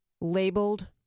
labeled